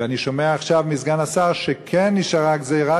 ואני שומע עכשיו מסגן השר שכן נשארה הגזירה